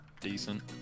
decent